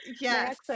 yes